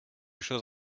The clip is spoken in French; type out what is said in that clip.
chose